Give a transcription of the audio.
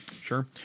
Sure